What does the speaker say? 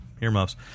Earmuffs